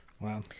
wow